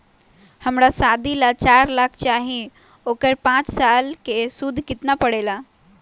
हमरा शादी ला चार लाख चाहि उकर पाँच साल मे सूद कितना परेला?